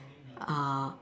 uh